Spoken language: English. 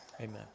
amen